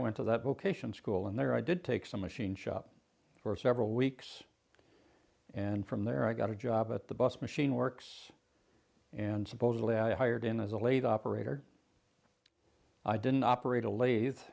went to that location school and there i did take some machine shop for several weeks and from there i got a job at the bus machine works and supposedly i hired in as a lathe operator i didn't operate a la